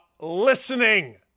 Listening